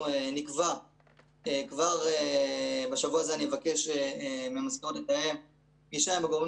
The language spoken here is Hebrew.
כבר השבוע אבקש מהמזכירות לתאם פגישה עם הגורמים